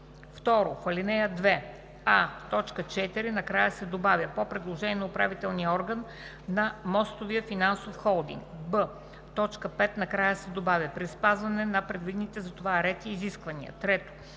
В ал. 2: а) в т. 4 накрая се добавя „по предложение на управителния орган на мостовия финансов холдинг“; б) в т. 5 накрая се добавя „при спазване на предвидените за това ред и изисквания“. 3.